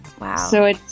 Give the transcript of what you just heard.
Wow